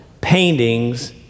paintings